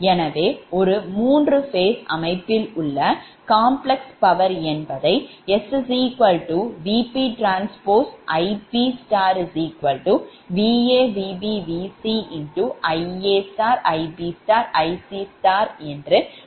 எனவே ஒரு 3 phase அமைப்பில் உள்ள complex power என்பதை SVpTIp Va Vb Vc Ia Ib Ic நாம் முன்பே பார்த்திருக்கிறோம்